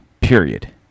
period